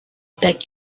beg